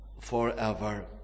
forever